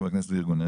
חבר כנסת וארגון.